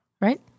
Right